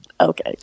Okay